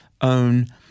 own